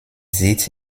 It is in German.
sitz